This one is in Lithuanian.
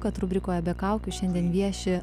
kad rubrikoje be kaukių šiandien vieši